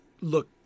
look